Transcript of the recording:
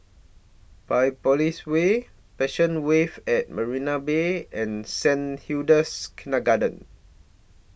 Biopolis Way Passion Wave At Marina Bay and Saint Hilda's Kindergarten